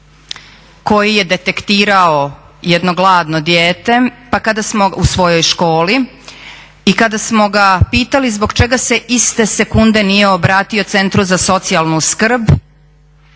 koji je detektirao jedno gladno dijete u svojoj školi. I kada smo ga pitali zbog čega se iste sekunde nije obrati centru za socijalnu skrb,